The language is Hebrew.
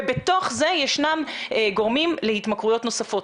ובתוך זה ישנם גורמים להתמכרויות נוספות,